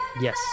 Yes